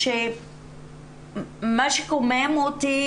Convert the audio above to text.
מה שקומם אותי